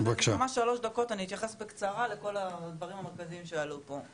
אני ממש שלוש דקות אני אתייחס בקצרה לכל הדברים המרכזיים שעלו פה.